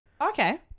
Okay